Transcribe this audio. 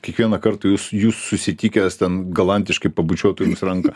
kiekvieną kartą jus jus susitikęs ten galantiškai pabučiuotų jums ranką